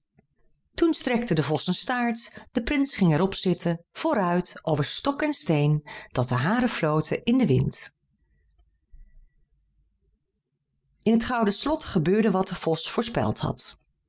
toen strekte de vos zijn staart de prins ging er op zitten vooruit over stok en steen dat de haren floten in den wind in het gouden slot gebeurde wat de vos voorspeld had